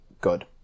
good